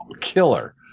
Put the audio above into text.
killer